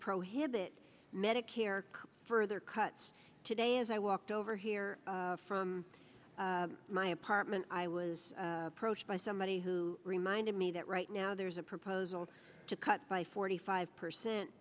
prohibit medicare cuts further cuts today as i walked over here from my apartment i was approached by somebody who reminded me that right now there's a proposal to cut by forty five percent